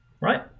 right